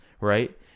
right